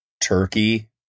Turkey